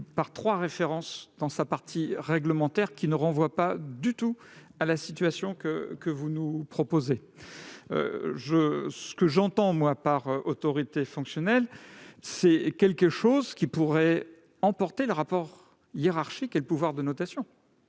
par trois références qui ne renvoient pas du tout à la situation que vous nous proposez. Ce que j'entends, moi, par « autorité fonctionnelle », c'est quelque chose qui pourrait emporter le rapport hiérarchique et le pouvoir de notation.